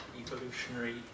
evolutionary